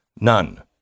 none